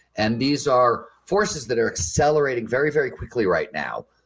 and these are forces that are accelerating very, very quickly right now.